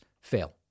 fail